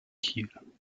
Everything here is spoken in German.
kiel